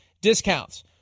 discounts